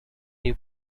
new